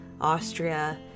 Austria